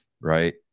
Right